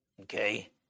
Okay